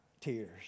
tears